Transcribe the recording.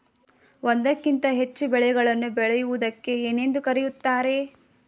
ಒಂದಕ್ಕಿಂತ ಹೆಚ್ಚು ಬೆಳೆಗಳನ್ನು ಬೆಳೆಯುವುದಕ್ಕೆ ಏನೆಂದು ಕರೆಯುತ್ತಾರೆ?